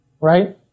right